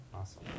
awesome